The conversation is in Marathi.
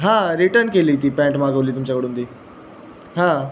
हा रिटर्न केली ती पॅन्ट मागवली तुमच्याकडून ती हा